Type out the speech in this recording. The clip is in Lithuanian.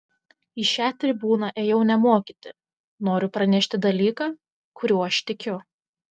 į šią tribūną ėjau ne mokyti noriu pranešti dalyką kuriuo aš tikiu